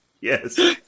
Yes